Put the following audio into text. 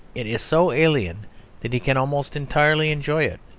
it is so alien that he can almost entirely enjoy it.